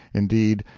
indeed,